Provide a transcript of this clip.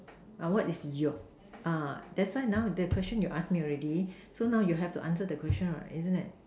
what is your that's why now the question you ask me already so now you have to answer the question what isn't it